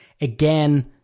Again